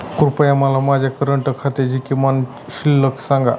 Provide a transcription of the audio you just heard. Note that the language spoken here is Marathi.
कृपया मला माझ्या करंट खात्याची किमान शिल्लक सांगा